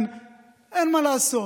אין מה לעשות,